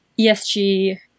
ESG